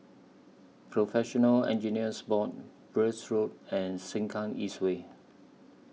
Professional Engineers Board Birch Road and Sengkang East Way